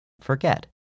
forget